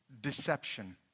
deception